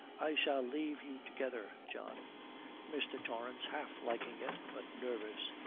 i shall leave you together, john mr. torrance, half liking it, but nervous,